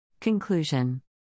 Conclusion